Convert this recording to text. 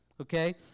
okay